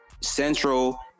Central